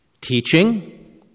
teaching